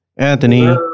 Anthony